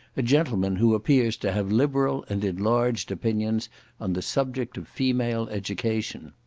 a gentleman who appears to have liberal and enlarged opinions on the subject of female education.